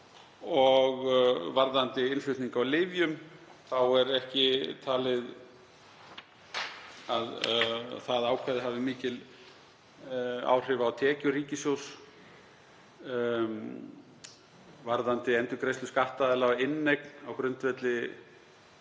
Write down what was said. og varðandi innflutning á lyfjum er ekki talið að það ákvæði hafi mikil áhrif á tekjur ríkissjóðs. Varðandi endurgreiðslu skattaðila af inneign á grundvelli